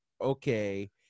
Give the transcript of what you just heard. okay